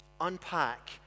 unpack